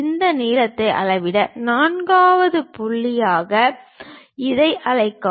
இந்த நீளத்தை அளவிட 4 வது புள்ளியாக இதை அழைக்கவும்